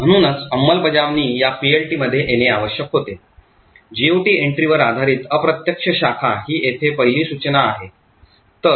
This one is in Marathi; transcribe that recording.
म्हणूनच अंमलबजावणी या PLT मध्ये येणे आवश्यक होते GOT एन्ट्रीवर आधारित अप्रत्यक्ष शाखा ही येथे पहिली सूचना आहे